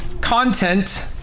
content